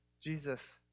Jesus